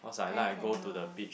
then can uh